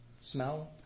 smell